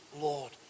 Lord